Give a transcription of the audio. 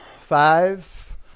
Five